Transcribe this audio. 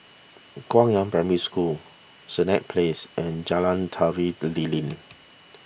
Guangyang Primary School Senett Place and Jalan Tari Lilin